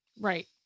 Right